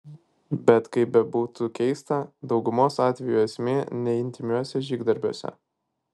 bet kaip bebūtų keista daugumos atvejų esmė ne intymiuose žygdarbiuose